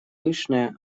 пышная